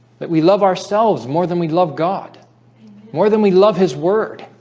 but we love ourselves more than we love god more than we love his word